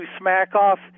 smack-off